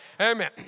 Amen